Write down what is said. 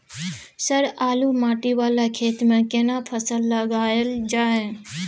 Sir बालू माटी वाला खेत में केना फसल लगायल जाय?